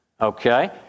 Okay